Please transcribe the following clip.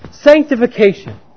sanctification